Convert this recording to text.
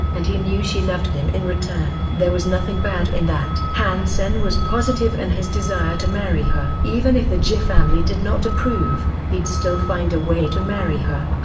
and he knew she loved him in return. there was nothing bad in that. han sen was positive in and his desire to marry her. even if the ji family did not approve, he'd still find a way to marry her.